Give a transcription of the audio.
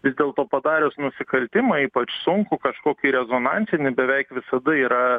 vis dėlto padarius nusikaltimą ypač sunkų kažkokį rezonansinį beveik visada yra